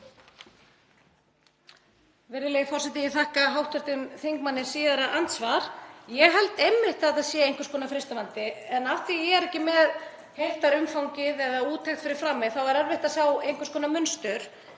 Virðulegi forseti. Ég þakka hv. þingmanni síðara andsvar. Ég held einmitt að það sé einhvers konar freistnivandi. En af því að ég er ekki með heildarumfangið eða úttekt fyrir fram mig þá er erfitt að sjá einhvers konar mynstur.